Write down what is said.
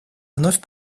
вновь